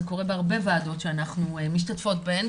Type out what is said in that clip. זה קורה בהרבה ועדות שאנחנו משתתפות בהן,